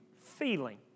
feeling